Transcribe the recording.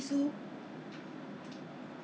you know itchy itchy mouth 来吃一下